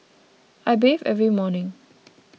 I bathe every morning